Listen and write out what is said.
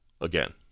again